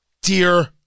Dear